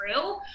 true